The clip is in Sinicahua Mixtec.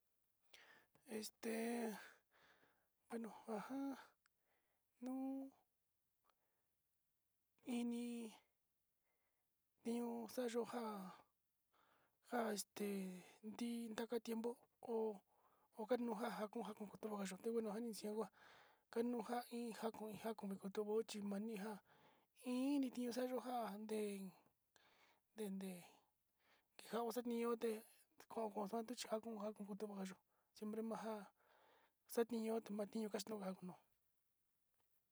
Ja in tniñu sarayo ntaka kuiya chi mani chi kuni ja jako un inio in ntaka savaka tniñu.